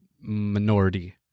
minority